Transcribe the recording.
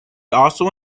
also